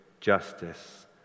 justice